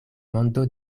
mondo